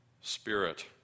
Spirit